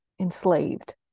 enslaved